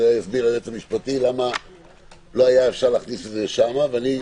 הסביר היועץ המשפטי למה אי-אפשר היה להכניס את זה שם.